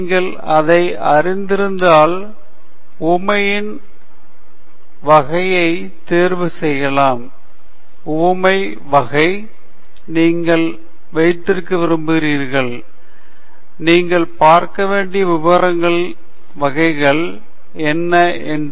நீங்கள் அதை அறிந்திருந்தால் உவமையின் வகையை தேர்வு செய்யலாம் உவமை வகை நீங்கள் வைக்க விரும்புகிறீர்கள் நீங்கள் பார்க்க வேண்டிய விவரங்களின் வகைகள் என்னென்ன என்று